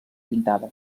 pintada